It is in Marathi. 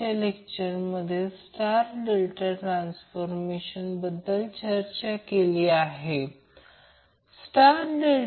त्याचप्रमाणे जेव्हा Vbn घ्याल तेव्हा तो Vbn असेल हा बाण आहे म्हणून हा Vb म्हणून हे येथे आहे